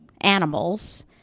animals